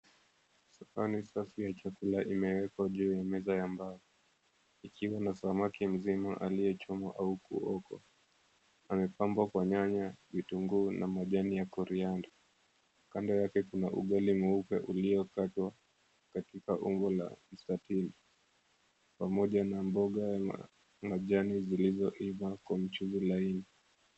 Sahani safi ya chakula ime𝑒kwa juu ya meza ya mbao ikiwa na samaki mzima aliyechomwa au kuokwa, yamepambwa kwa nyanya, vitunguu na majani ya korianda. Kando yake kuna ugali mweupe iliokatwa katika umbo la mstatili pamoja na mboga ya majani zilizoiva kwa mchuzi laini.